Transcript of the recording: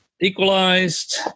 equalized